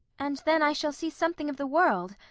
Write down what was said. and then i shall see something of the world?